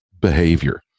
behavior